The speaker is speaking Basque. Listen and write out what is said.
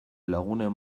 lagunen